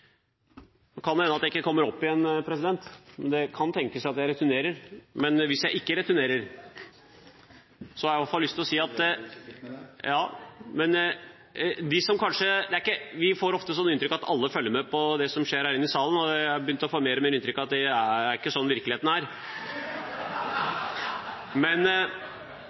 Ja. Vi får ofte det inntrykket at alle følger med på det som skjer her inne i salen, men jeg har mer og mer begynt å få inntrykk av at det ikke er sånn virkeligheten er. Men